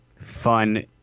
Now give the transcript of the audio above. fun